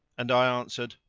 and i answered,